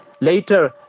later